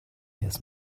his